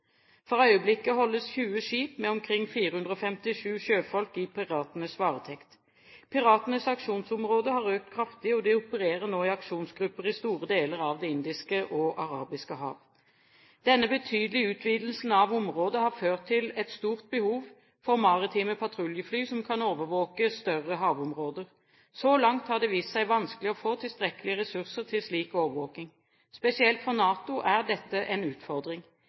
For øyeblikket holdes 20 skip med omkring 457 sjøfolk i piratenes varetekt. Piratenes aksjonsområde har økt kraftig, og de opererer nå i aksjonsgrupper i store deler av det indiske og arabiske hav. Denne betydelige utvidelsen av området har ført til et stort behov for maritime patruljefly som kan overvåke større havområder. Så langt har det vist seg vanskelig å få tilstrekkelige ressurser til slik overvåking. Spesielt for NATO er dette en utfordring.